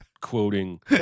Quoting